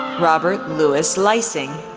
robert louis leising,